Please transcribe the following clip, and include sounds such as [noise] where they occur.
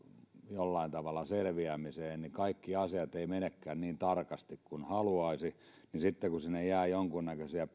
jollain tavalla selviämiseen kaikki asiat eivät menekään niin tarkasti kuin haluaisi niin sitten kun sinne jää jonkunnäköisiä [unintelligible]